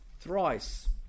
thrice